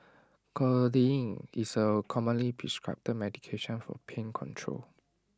codeine is A commonly prescribed medication for pain control